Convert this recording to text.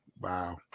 Wow